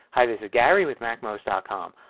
hi this is gary with macmost ah com.